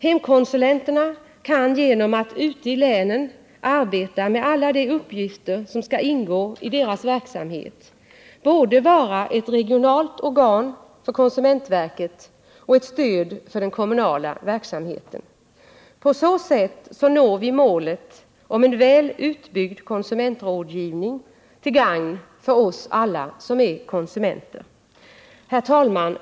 Hemkonsulenterna kan genom att ute i länen arbeta med alla de uppgifter som skall ingå i deras verksamhet vara både ett regionalt organ för konsumentverket och ett stöd för den kommunala verksamheten. På så sätt når vi målet om en väl utbyggd konsumentrådgivning till gagn för oss alla som är konsumenter. Herr talman!